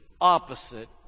opposite